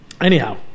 Anyhow